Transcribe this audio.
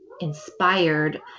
inspired